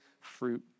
fruit